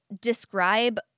describe